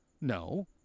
No